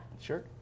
Sure